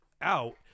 out